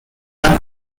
and